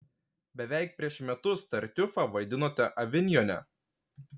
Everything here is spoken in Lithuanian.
beveik prieš metus tartiufą vaidinote avinjone